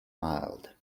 mild